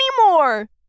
anymore